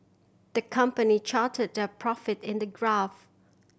the company charted their profit in the graph